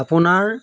আপোনাৰ